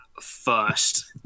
first